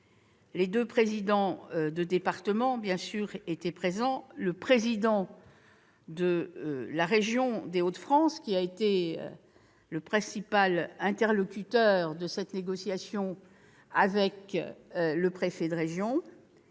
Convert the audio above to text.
Les deux présidents de ces départements étaient présents, ainsi que le président de la région Hauts-de-France, qui a été le principal interlocuteur de cette négociation avec le préfet de région.